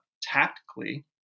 tactically